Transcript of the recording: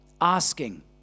asking